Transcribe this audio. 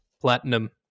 platinum